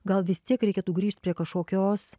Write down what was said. gal vis tiek reikėtų grįžt prie kažkokios